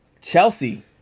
Chelsea